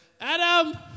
Adam